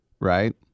right